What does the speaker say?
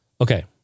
Okay